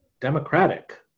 democratic